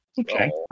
Okay